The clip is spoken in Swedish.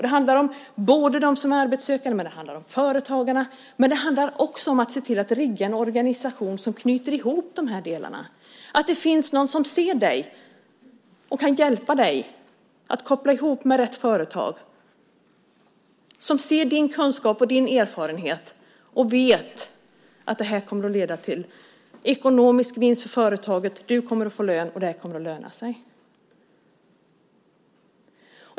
Det handlar om dem som är arbetssökande och om företagarna men också om att se till att rigga en organisation som knyter ihop de här delarna, om att det finns någon som ser dig och kan hjälpa dig så att du kopplas ihop med rätt företag, någon som ser din kunskap och din erfarenhet och som vet att det här kommer att leda till ekonomisk vinst för företaget, att du kommer att få lön och att det här kommer att löna sig.